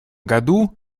году